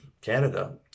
Canada